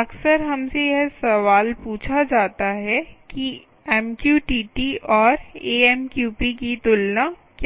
अक्सर हमसे यह सवाल पूछा जाता है कि MQTT और AMQP की तुलना क्या है